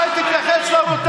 אולי תתייחס לרוטציה?